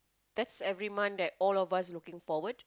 that's every month that all of us looking forward